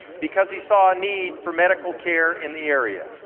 because he saw a need for medical care in the area.